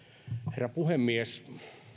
herra puhemies